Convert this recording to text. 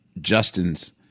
Justin's